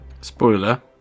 Spoiler